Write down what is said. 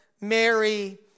Mary